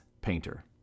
Painter